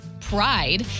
pride